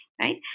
right